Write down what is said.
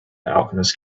alchemist